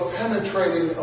penetrating